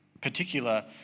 particular